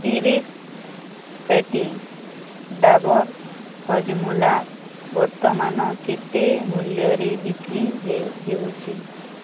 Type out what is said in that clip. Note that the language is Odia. ତିରିଶ ପେଟି ଡାବର୍ ହାଜମୋଲା ବର୍ତ୍ତମାନ କେତେ ମୂଲ୍ୟରେ ବିକ୍ରି ହେଉ ହେଉଚି